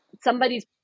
somebody's